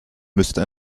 müsste